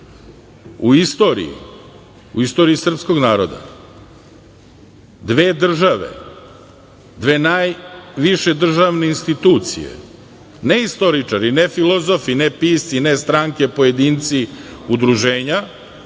u istoriji, istoriji srpskog naroda dve države, dve najviše državne institucije, ne istoričari, ne filozofi, ne pisci, ne stranke, pojedinci, udruženja,